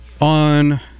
on